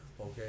okay